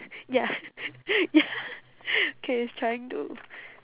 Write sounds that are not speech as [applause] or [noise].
ya ya [noise] okay he's trying to